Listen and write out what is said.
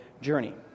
journey